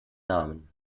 namen